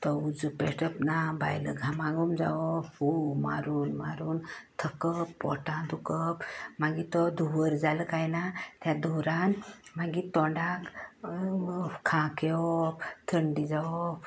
तो उजो पेटप ना बायलां घामाघूम जावप फू मारून मारून थकप पोटान दुखप मागीर तो धुंवर जालो काय ना त्या धुंवरान मागीर तोंडांर खाक येवप थंडी जावप